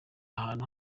ahantu